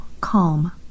calm